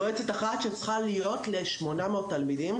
יועצת אחת שצריכה להיות ל-800 תלמידים,